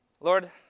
Lord